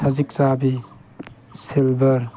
ꯁꯖꯤꯛ ꯆꯥꯕꯤ ꯁꯤꯜꯚꯔ